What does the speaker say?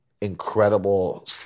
incredible